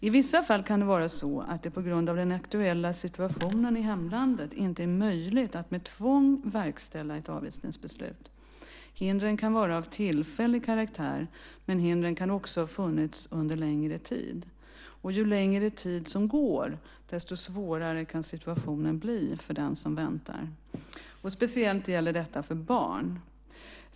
I vissa fall kan det vara så att det på grund av den aktuella situationen i hemlandet inte är möjligt att med tvång verkställa ett avvisningsbeslut. Hindren kan vara av tillfällig karaktär, men hindren kan också ha funnits under en längre tid. Ju längre tid som går, desto svårare kan situationen bli för den som väntar. Speciellt gäller detta barn.